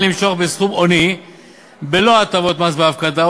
למשוך בסכום הוני בלא הטבות מס בהפקדה,